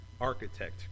architect